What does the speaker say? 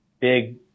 big